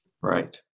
Right